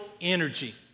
energy